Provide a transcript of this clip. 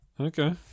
okay